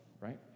right